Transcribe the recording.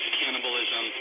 cannibalism